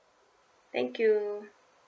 thank you